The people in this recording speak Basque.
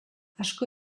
asko